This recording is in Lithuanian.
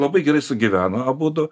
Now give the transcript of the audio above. labai gerai sugyveno abudu